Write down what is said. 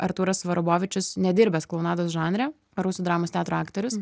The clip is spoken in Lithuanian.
artūras varbovičius nedirbęs klounados žanre rusų dramos teatro aktorius